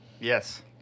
Yes